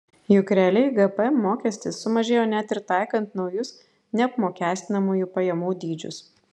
juk realiai gpm mokestis sumažėjo net ir taikant naujus neapmokestinamųjų pajamų dydžius